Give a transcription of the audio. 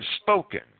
spoken